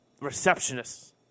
receptionists